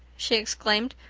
she exclaimed,